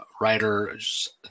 writers